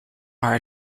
are